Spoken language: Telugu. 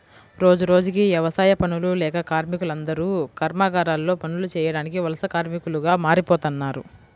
రోజురోజుకీ యవసాయ పనులు లేక కార్మికులందరూ కర్మాగారాల్లో పనులు చేయడానికి వలస కార్మికులుగా మారిపోతన్నారు